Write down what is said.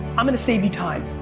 i'm gonna save you time.